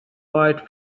white